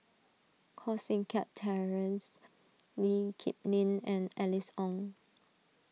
Koh Seng Kiat Terence Lee Kip Lin and Alice Ong